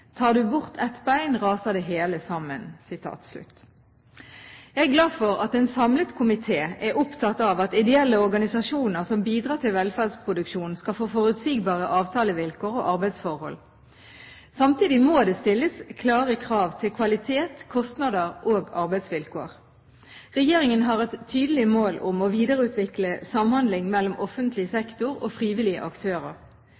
Tar du bort et bein, raser det hele sammen.» Jeg er glad for at en samlet komité er opptatt av at ideelle organisasjoner, som bidrar til velferdsproduksjonen, skal få forutsigbare avtalevilkår og arbeidsforhold. Samtidig må det stilles klare krav til kvalitet, kostnader og arbeidsvilkår. Regjeringen har et tydelig mål om å videreutvikle samhandling mellom offentlig